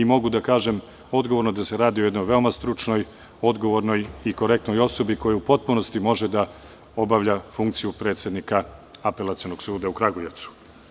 Mogu da kažem odgovorno da se radi o jednoj veoma stručnoj, odgovornoj i korektnoj osobi, koja u potpunosti može da obavlja funkciju predsednika Apelacionog suda u Kragujevcu.